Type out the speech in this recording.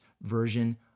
version